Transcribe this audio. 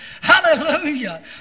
Hallelujah